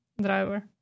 driver